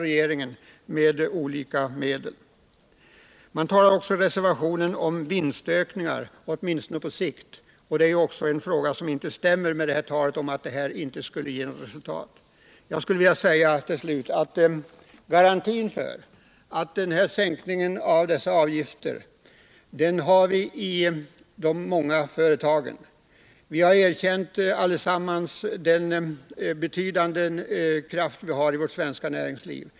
I reservationen vid skatteutskottets betänkande nr 56 talas det om vinstökningar, åtminstone på sikt. Detta är ju något som inte stämmer med talet om att planerade åtgärder inte skulle ge något resultat. Garantin för att sänkningen av dessa avgifter leder till resultat ligger i de många företagen. Alla erkänner vi den betydande kraft vi har i vårt svenska näringsliv.